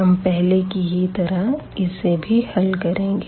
हम पहले की तरह ही इसे भी हल करेंगे